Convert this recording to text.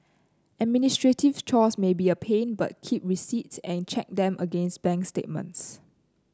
administrative chores may be a pain but keep receipts and check them against bank statements